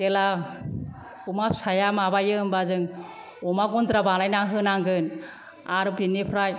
जेला अमा फिसाया माबायो होमबा जों अमा गन्द्रा बानायनानै होनांगोन आरो बिनिफ्राय